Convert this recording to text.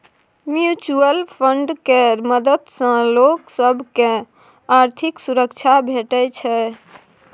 mutual fund केर मदद सँ लोक सब केँ आर्थिक सुरक्षा भेटै छै